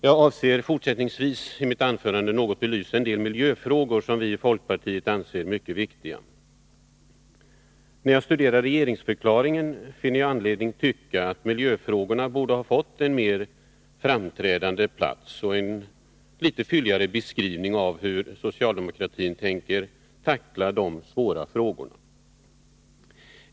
Jag avser fortsättningsvis att i mitt anförande något belysa en del miljöfrågor, som vi i folkpartiet anser mycket viktiga. När jag studerar regeringsförklaringen, finner jag anledning tycka att miljöfrågorna borde ha fått en mer framträdande plats och att en litet fylligare beskrivning borde ha lämnats av hur socialdemokraterna tänker tackla dessa svåra frågor.